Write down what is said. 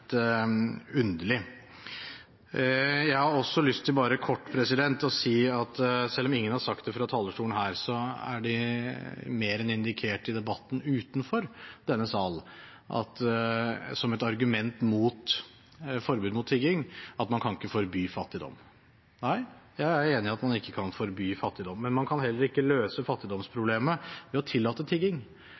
litt underlig. Jeg har også lyst til bare kort å si, selv om ingen har sagt det fra talerstolen her, at det er mer enn indikert i debatten utenfor denne salen som et argument mot forbud mot tigging at man kan ikke forby fattigdom. Jeg er enig i at man ikke kan forby fattigdom. Men man kan heller ikke løse fattigdomsproblemet ved å tillate tigging.